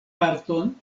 parton